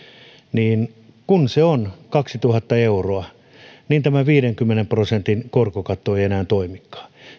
ja kun se on kaksituhatta euroa niin tämä viidenkymmenen prosentin korkokatto ei enää toimikaan